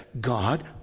God